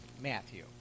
Matthew